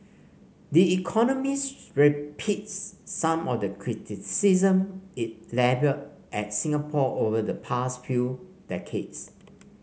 the Economist repeats some of the criticism it levelled at Singapore over the past few decades